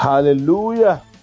Hallelujah